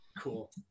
Cool